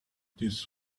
this